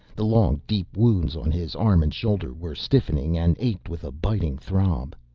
the long, deep wounds on his arm and shoulder were stiffening and ached with a biting throb.